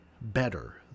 better